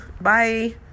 Bye